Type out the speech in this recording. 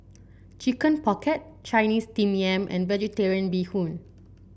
Chicken Pocket Chinese steam yam and vegetarian Bee Hoon